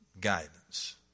guidance